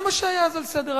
זה מה שהיה אז על סדר-היום.